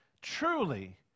truly